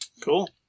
Cool